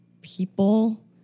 people